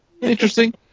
Interesting